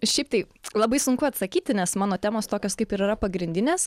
šiaip tai labai sunku atsakyti nes mano temos tokios kaip ir yra pagrindinės